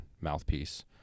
mouthpiece